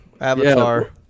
avatar